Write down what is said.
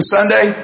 Sunday